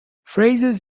phrases